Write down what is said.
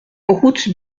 route